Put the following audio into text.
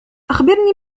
أخبرني